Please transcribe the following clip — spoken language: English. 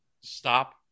stop